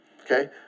okay